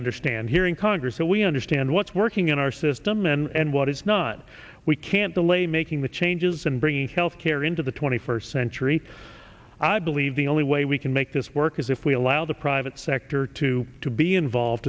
understand here in congress so we understand what's working in our system and what it's not we can't delay making the changes and bringing health care into the twenty first century i believe the only way we can make this work is if we allow the private sector to to be involved